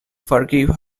forgive